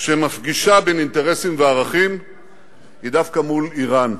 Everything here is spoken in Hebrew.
שמפגישה בין אינטרסים לערכים הוא דווקא מול אירן.